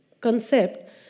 concept